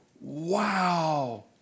wow